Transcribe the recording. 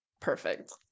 perfect